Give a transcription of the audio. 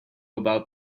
about